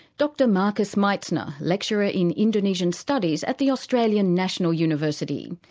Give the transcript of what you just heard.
dr marcus mietzner, lecturer in indonesian studies at the australian national university.